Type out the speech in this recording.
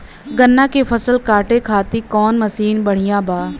गन्ना के फसल कांटे खाती कवन मसीन बढ़ियां बा?